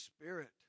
Spirit